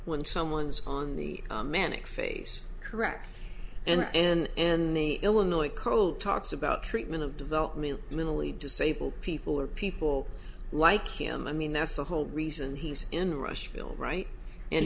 when someone's on the manic face correct and and and the illinois coal talks about treatment of developmental mentally disabled people or people like him i mean that's the whole reason he's in rushville right and